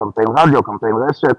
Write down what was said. קמפיין רדיו וקמפיין רשת,